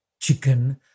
chicken